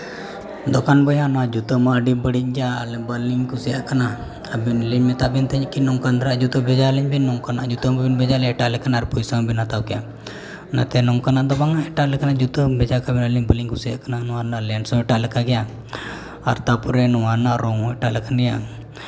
ᱫᱚᱠᱟᱱ ᱵᱚᱭᱦᱟ ᱱᱚᱣᱟ ᱡᱩᱛᱟᱹᱢᱟ ᱟᱹᱰᱤ ᱵᱟᱹᱲᱤᱡ ᱜᱮᱭᱟ ᱟᱹᱞᱤᱧ ᱵᱟᱹᱞᱤᱧ ᱠᱩᱥᱤᱭᱟᱜ ᱠᱟᱱᱟ ᱟᱹᱵᱤᱱᱞᱤᱧ ᱢᱮᱛᱟᱜ ᱵᱤᱱ ᱛᱟᱦᱮᱸᱫ ᱠᱤ ᱱᱚᱝᱠᱟᱱ ᱫᱷᱟᱨᱟ ᱡᱩᱛᱟᱹ ᱵᱷᱮᱡᱟ ᱟᱹᱞᱤᱧ ᱵᱤᱱ ᱱᱚᱝᱠᱟᱱᱟᱜ ᱡᱩᱛᱟᱹ ᱵᱟᱹᱵᱤᱱ ᱵᱷᱮᱡᱟ ᱞᱮᱜᱼᱟ ᱮᱴᱟᱜ ᱞᱮᱠᱟᱱᱟᱜ ᱯᱩᱭᱥᱟᱹ ᱦᱚᱸᱵᱤᱱ ᱦᱟᱛᱟᱣ ᱠᱮᱭᱟ ᱚᱱᱟᱛᱮ ᱱᱚᱝᱠᱟᱱᱟᱜ ᱫᱚ ᱵᱟᱝᱼᱟ ᱮᱴᱟᱜ ᱞᱮᱠᱟᱱᱟᱜ ᱡᱩᱛᱟᱹ ᱦᱚᱸ ᱵᱷᱮᱡᱟ ᱠᱟᱜ ᱵᱤᱱ ᱟᱹᱞᱤᱧ ᱵᱟᱹᱞᱤᱧ ᱠᱩᱥᱤᱭᱟᱜ ᱠᱟᱱᱟ ᱱᱚᱣᱟ ᱨᱮᱭᱟᱜ ᱞᱮᱱᱥ ᱦᱚᱸ ᱮᱴᱟᱜ ᱞᱮᱠᱟ ᱜᱮᱭᱟ ᱟᱨ ᱛᱟᱨᱯᱚᱨᱮ ᱱᱚᱣᱟ ᱨᱮᱱᱟᱜ ᱨᱚᱝ ᱦᱚᱸ ᱮᱴᱟᱜ ᱞᱮᱠᱟ ᱜᱮᱭᱟ